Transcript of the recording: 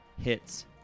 Hits